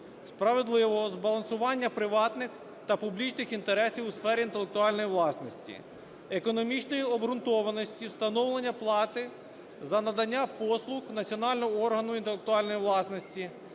справедливого збалансування приватних та публічних інтересів у сфері інтелектуальної власності; економічної обґрунтованості встановлення плати за надання послуг національного органу інтелектуальної власності;